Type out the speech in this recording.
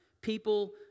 People